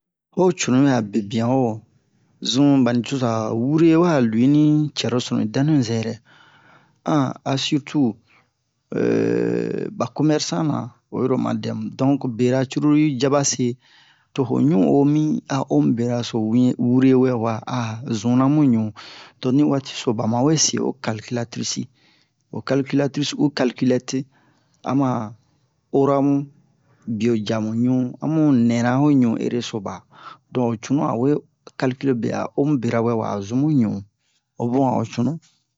Ho cunu bɛ'a bebian wo zu ba nicoza wure wa lu'i ni cɛrosunu danu zɛrɛ a sirtu ba komɛrsana oyi ro oma dɛmu donk bera cruru i jaba se to ho ɲu'o mi a omu bera so wian wure wɛ wa a zuna mu ɲu to ni waati so ba ma we se ho kalkilatrisi ho kalkilatris u kalkilɛti a ma ora mu bio ja mu ɲu a mu nɛra mu ɲu ereso ba don ho cunu a we kalkile be a omu bera wɛ wa a zun mu ɲu ho bun a'o cunu